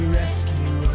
rescue